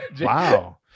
Wow